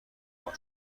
بار